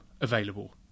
available